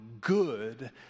good